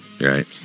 Right